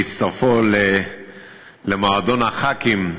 בהצטרפו למועדון הח"כים.